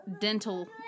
dental